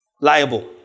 liable